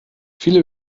viele